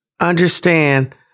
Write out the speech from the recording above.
understand